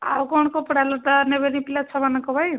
ଆଉ କ'ଣ କପଡ଼ା ଲୁଗା ନେବେନି ପିଲାଛୁଆଙ୍କ ପାଇଁ